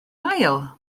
ail